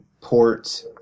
port